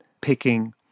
picking